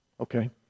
okay